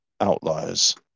outliers